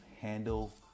handle